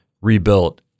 rebuilt